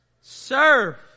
Serve